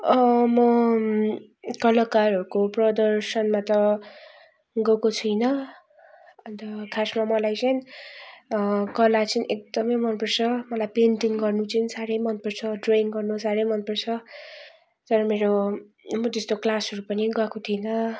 म कलाकारहरूको प्रदर्शनमा त गएको छुइनँ अन्त खासमा मलाई चाहिँ कला चाहिँ एकदमै मन पर्छ मलाई पेन्टिङ गर्नु चाहिँ साह्रै मन पर्छ ड्रयिङ गर्नु साह्रै मन पर्छ तर मेरो म त्यस्तो क्लासहरू पनि गएको थिइनँ